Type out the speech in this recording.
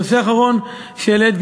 הנושא האחרון שהעלית,